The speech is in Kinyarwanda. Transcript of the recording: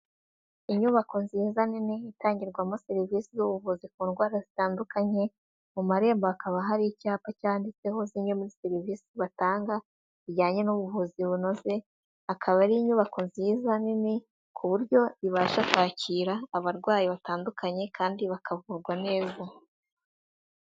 Inyubako nziza nini itangirwamo serivisi z'ubuvuzi ku ndwara zitandukanye, mu marembo hakaba hari icyapa cyanditseho zimwe muri serivisi batanga, zijyanye n'ubuvuzi bunoze, akaba ari inyubako nziza nini, ku buryo ibasha kwakira abarwayi batandukanye kandi bakavurwa neza.